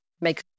Make